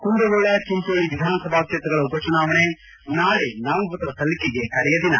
ಕುಂದಗೋಳ ಚಿಂಜೋಳಿ ವಿಧಾನಸಭಾ ಕ್ಷೇತ್ರಗಳ ಉಪಚುನಾವಣೆ ನಾಳೆ ನಾಮಪತ್ರ ಸಲ್ಲಿಕೆಗೆ ಕಡೆಯ ದಿನ